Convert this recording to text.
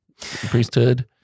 priesthood